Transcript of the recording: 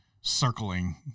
circling